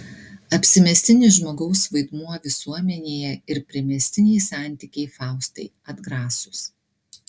apsimestinis žmogaus vaidmuo visuomenėje ir primestiniai santykiai faustai atgrasūs